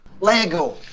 Lego